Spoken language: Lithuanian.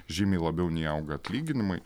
žymiai labiau nei auga atlyginimai